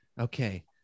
Okay